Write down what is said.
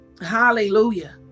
hallelujah